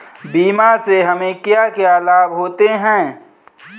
बीमा से हमे क्या क्या लाभ होते हैं?